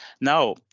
Now